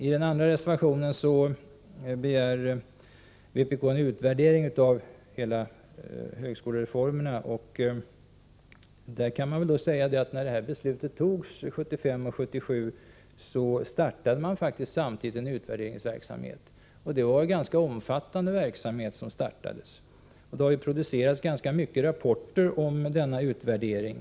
I den andra reservationen begär vpk en utvärdering av hela högskolereformen. Till det vill jag säga att när beslut om högskolereformen fattades 1975 och 1977 startades samtidigt en ganska omfattande utvärderingsverksamhet. Man har producerat ganska många rapporter om denna utvärdering.